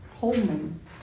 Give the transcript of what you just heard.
Holman